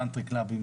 קאונטרי קלאבים,